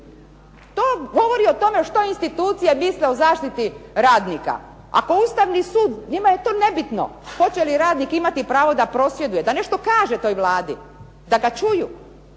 To govori o tome što institucije misle o zaštiti radnika. Ako Ustavni sud, njima je to nebitno hoće li radnik imati pravo da prosvjeduje, da nešto kaže toj Vladi, da ga čuju,